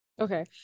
Okay